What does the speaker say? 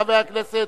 חברי הכנסת,